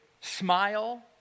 smile